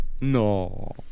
No